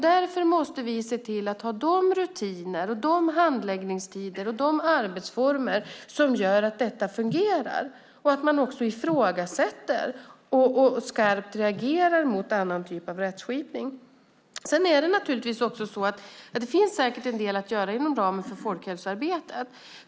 Därför måste vi se till att ha sådana rutiner, handläggningstider och arbetsformer som gör att detta fungerar samt ifrågasätta och skarpt reagera mot annan typ av rättskipning. Det finns säkert en del att göra inom ramen för folkhälsoarbetet.